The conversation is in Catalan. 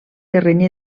terreny